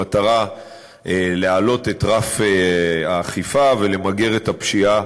במטרה להעלות את האכיפה ולמגר את הפשיעה